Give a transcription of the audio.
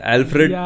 Alfred